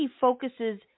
focuses